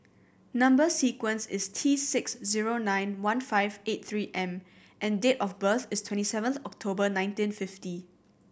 number sequence is T six zero nine one five eight Three M and date of birth is twenty seventh October nineteen fifty